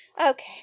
Okay